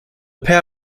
pair